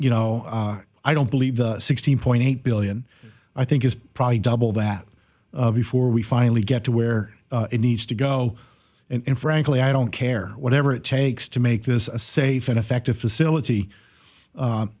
you know i don't believe sixteen point eight billion i think is probably double that before we finally get to where it needs to go and frankly i don't care whatever it takes to make this a safe and effective facility